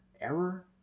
error